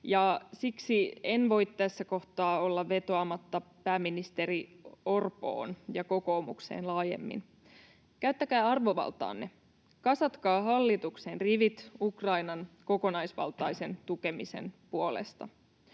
siksi en voi tässä kohtaa olla vetoamatta pääministeri Orpoon ja kokoomukseen laajemmin: Käyttäkää arvovaltaanne. Kasatkaa hallituksen rivit Ukrainan kokonaisvaltaisen tukemisen puolesta.